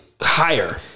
Higher